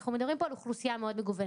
אנחנו מדברים פה על אוכלוסייה מאוד מגוונת.